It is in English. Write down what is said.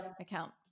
account